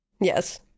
Yes